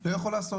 לא יכול לעשות.